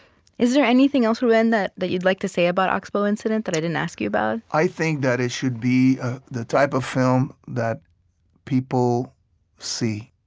is there anything else, ruben, and that that you'd like to say about ox-bow incident that i didn't ask you about? i think that it should be the type of film that people see